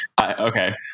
Okay